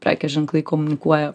prekės ženklai komunikuoja